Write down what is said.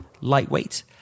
lightweight